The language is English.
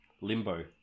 Limbo